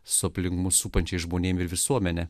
su aplink mus supančiais žmonėmis visuomene